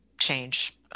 change